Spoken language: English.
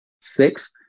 six